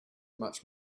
much